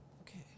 Okay